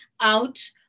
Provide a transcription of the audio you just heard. out